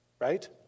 right